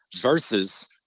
Versus